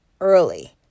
early